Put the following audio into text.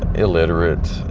illiterate,